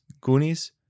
Goonies